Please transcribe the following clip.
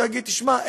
הוא יגיד: תשמע,